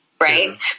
right